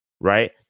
right